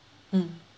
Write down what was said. mm